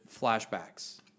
flashbacks